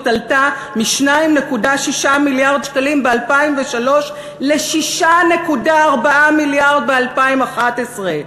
עלתה מ-2.6 מיליארד ב-2003 ל-6.4 מיליארד ב-2011,